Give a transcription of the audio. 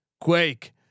Quake